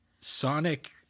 sonic